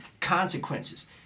consequences